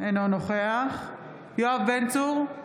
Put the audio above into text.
אינו נוכח יואב בן צור,